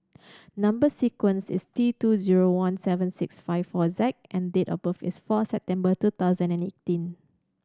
number sequence is T two zero one seven six five four Z and date of birth is four September two thousand and eighteen